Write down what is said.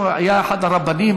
היה אחד הרבנים,